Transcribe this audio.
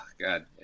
God